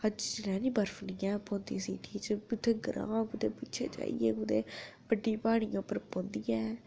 अज्ज चनैह्नी बर्फ निं ऐ पौंदी कुदै ग्रांऽ कुदै पिच्छै जाइयै कुदै उप्पर बड्डी प्हाड़ियें पर पौंदी ऐ